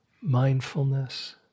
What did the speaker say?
mindfulness